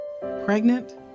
Pregnant